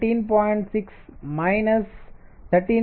6 minus 13